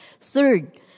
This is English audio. Third